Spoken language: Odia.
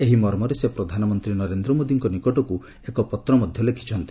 ଏହି ମର୍ମରେ ସେ ପ୍ରଧାନମନ୍ତ୍ରୀ ନରେନ୍ଦ୍ର ମୋଦିଙ୍କ ନିକଟକୁ ଏକ ପତ୍ର ମଧ୍ୟ ଲେଖିଛନ୍ତି